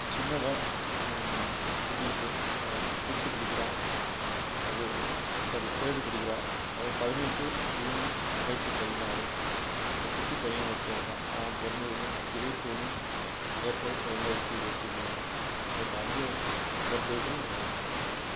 சின்னவள் குட்டிஸு ஃபிஃப்த்து படிக்கிறாள் அது ஸோ சாரி தேர்டு படிக்கிறாள் அவள் பதினெட்டு ஜூனு ரெண்டாயிரத்தி பதினாறு ஒரு குட்டி பையன் ஒருத்தன் இருக்கான் அவன் பிறந்தது இருபத்தொன்னு ஏப்ரல் ரெண்டாயிரத்தி இருபத்தி மூணு ஸோ இந்த அஞ்சு பர்த் டேட்டும் எங்களால் மறக்க முடியாது